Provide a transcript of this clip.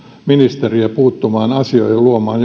ministeriä puuttumaan asioihin ja luomaan